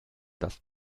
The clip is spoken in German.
dass